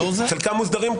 חלקם מוסדרים,